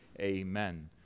amen